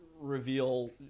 reveal